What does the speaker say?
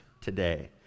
today